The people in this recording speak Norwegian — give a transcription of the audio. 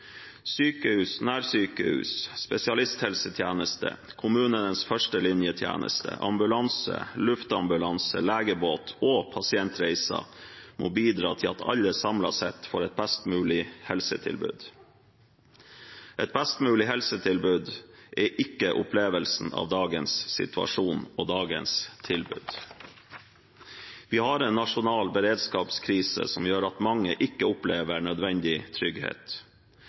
Sykehus, nærsykehus, spesialisthelsetjeneste, kommunenes førstelinjetjeneste, ambulanse, luftambulanse, legebåt og pasientreiser må bidra til at alle samlet sett får et best mulig helsetilbud. Et best mulig helsetilbud er ikke opplevelsen av dagens situasjon og dagens tilbud. Vi har en nasjonal beredskapskrise som gjør at mange ikke opplever nødvendig trygghet.